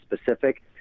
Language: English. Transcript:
specific